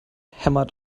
hämmert